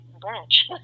branch